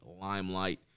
Limelight